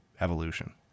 evolution